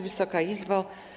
Wysoka Izbo!